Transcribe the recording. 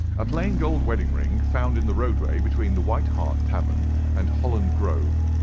a plain gold wedding ring, found in the roadway between the white hart tavern and holland grove.